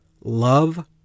love